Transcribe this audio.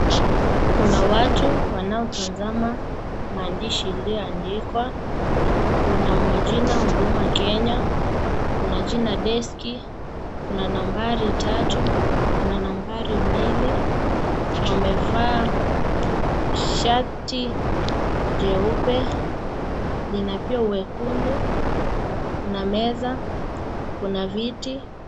Kuna watu wanaotazama maandishi yaliyoandikwa, kuna majina Huduma Kenya, kuna juna deski, kuna nambari tatu, kuna nambari mbili, wamevaa shati jeupe, lina pia uwekundu, kuna meza, kuna viti.